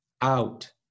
out